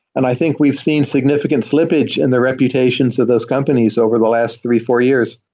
and i think we've seen significant slippage in the reputations of those companies over the last three, four years.